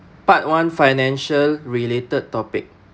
part one financial-related topic